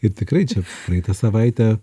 ir tikrai čia praeitą savaitę